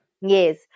Yes